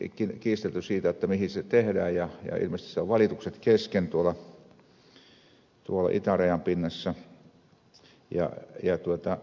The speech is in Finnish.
on kiistelty siitä mihin se tehdään ja ilmeisesti valitukset ovat kesken tuolla itärajan pinnassa